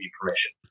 permission